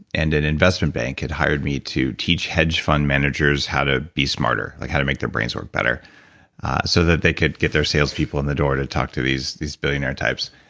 and an investment bank had hired me to teach hedge fund managers how to be smarter, like how to make their brains work better so that they could get their sales people in the door to talk these these billionaire types.